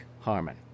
Harmon